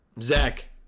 Zach